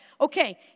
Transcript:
okay